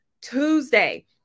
Tuesday